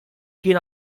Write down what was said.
kien